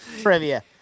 Trivia